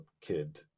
kid